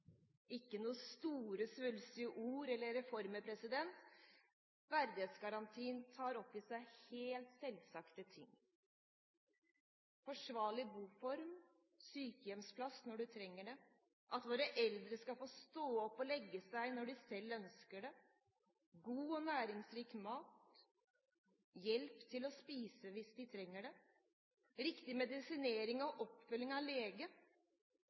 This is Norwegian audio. ikke noen store svulstige ord eller reformer. Verdighetsgarantien tar opp i seg helt selvsagte ting: forsvarlig boform, sykehjemsplass når en trenger det, at våre eldre skal få stå opp og legge seg når de selv ønsker det, god og næringsrik mat, hjelp til å spise hvis de trenger det, riktig medisinering og oppfølging av lege,